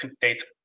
data